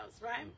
right